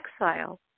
exile